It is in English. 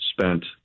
spent